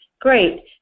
great